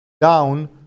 down